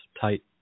tight